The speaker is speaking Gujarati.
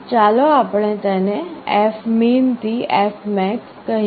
ચાલો આપણે તેને fmin થી fmax કહીએ